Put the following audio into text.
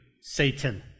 Satan